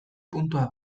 puntua